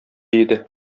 иде